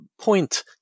point